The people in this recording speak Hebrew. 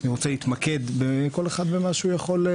אני רוצה להתמקד ושכל אחד יתרום במה שהוא יכול.